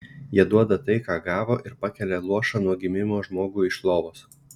jie duoda tai ką gavo ir pakelia luošą nuo gimimo žmogų iš lovos